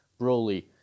Broly